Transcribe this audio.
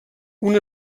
una